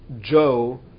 Joe